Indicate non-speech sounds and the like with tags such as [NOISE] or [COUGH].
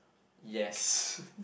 yes [LAUGHS]